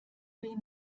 will